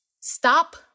stop